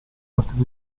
altri